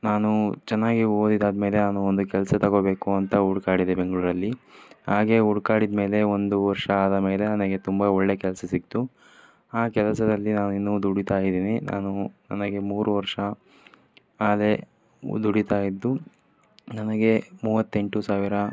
ನಾನೂ ಚೆನ್ನಾಗಿ ಓದಿದಾದಮೇಲೆ ನಾನು ಒಂದು ಕೆಲಸ ತಗೋಬೇಕು ಅಂತ ಹುಡ್ಕಾಡಿದೆ ಬೆಂಗಳೂರಲ್ಲಿ ಹಾಗೆ ಹುಡ್ಕಾಡಿದ ಮೇಲೆ ಒಂದು ವರ್ಷ ಆದ ಮೇಲೆ ನನಗೆ ತುಂಬ ಒಳ್ಳೆಯ ಕೆಲಸ ಸಿಕ್ತು ಆ ಕೆಲಸದಲ್ಲಿ ನಾನಿನ್ನೂ ದುಡಿತಾ ಇದೀನಿ ನಾನು ನನಗೆ ಮೂರು ವರ್ಷ ಅದೇ ದುಡಿತಾ ಇದ್ದು ನಮಗೆ ಮೂವತ್ತೆಂಟು ಸಾವಿರ